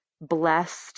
blessed